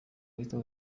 witwa